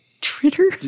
Twitter